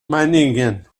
meiningen